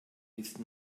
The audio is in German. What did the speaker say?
ist